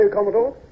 Commodore